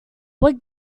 what